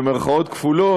במירכאות כפולות,